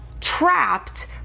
trapped